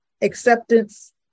acceptance